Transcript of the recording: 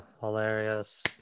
Hilarious